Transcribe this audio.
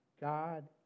God